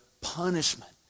punishment